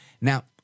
Now